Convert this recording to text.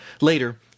Later